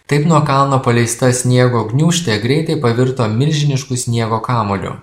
taip nuo kalno paleista sniego gniūžtė greitai pavirto milžinišku sniego kamuoliu